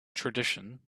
tradition